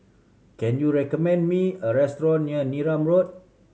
can you recommend me a restaurant near Neram Road